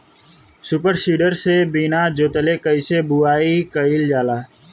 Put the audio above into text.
Super seeder से बीना जोतले कईसे बुआई कयिल जाला?